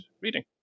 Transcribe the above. reading